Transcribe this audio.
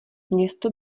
město